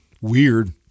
weird